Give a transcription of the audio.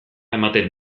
ematen